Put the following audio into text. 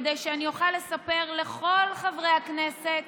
כדי שאני אוכל לספר לכל חברי הכנסת